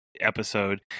episode